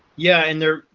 yeah, and they're,